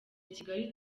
kigali